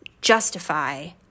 justify